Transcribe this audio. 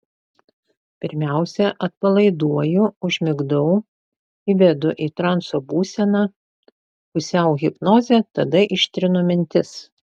pirmiausia atpalaiduoju užmigdau įvedu į transo būseną pusiau hipnozę tada ištrinu mintis